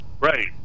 Right